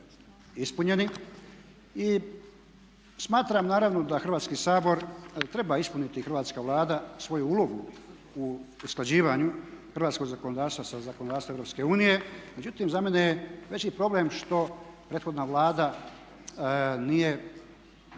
ispunjeni. I smatram naravno da Hrvatski sabor treba ispuniti hrvatska Vlada svoju ulogu u usklađivanju hrvatskog zakonodavstva sa zakonodavstvom Europske unije. Međutim, za mene je veći problem što prethodna Vlada nije